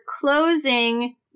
closing